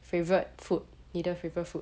favourite food either prefer food